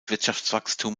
wirtschaftswachstum